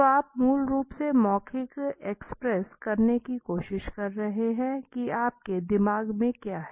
तो आप मूल रूप से मौखिक एक्सप्रेस करने की कोशिश कर रहे है कि आपके दिमाग में क्या है